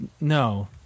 no